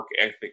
ethic